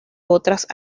otras